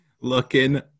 Looking